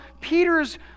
Peter's